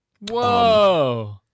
Whoa